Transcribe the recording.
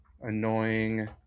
annoying